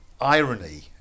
irony